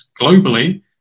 globally